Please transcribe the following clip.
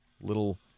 Little